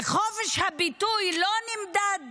וחופש הביטוי לא נמדד